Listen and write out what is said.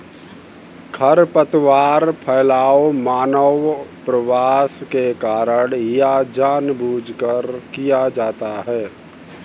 खरपतवार फैलाव मानव प्रवास के कारण या जानबूझकर किया जाता हैं